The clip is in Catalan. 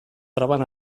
troben